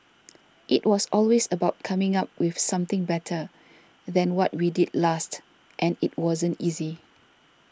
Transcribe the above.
it was always about coming up with something better than what we did last and it wasn't easy